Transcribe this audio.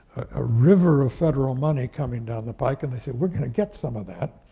a river of federal money coming down the pike, and they say, we're gonna get some of that.